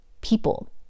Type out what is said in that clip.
people